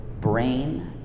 brain